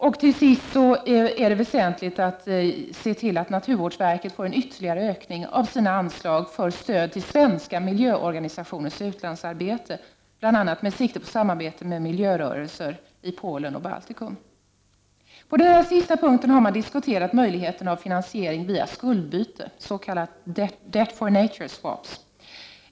Det är slutligen väsentligt att naturvårdsverket får en ytterligare ökning av sina anslag för stöd till svenska miljöorganisationers utlandsarbete, bl.a. med sikte på samarbete med miljörörelser i Polen och Baltikum. På denna sista punkt har man diskuterat möjligheten av finansiering via skuldbyte, s.k. dept-for-nature-swaps.